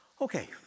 Okay